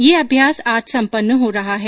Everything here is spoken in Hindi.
यह अभ्यास आज संपन्न हो रहा है